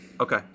Okay